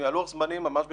ממש בקרוב.